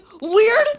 weird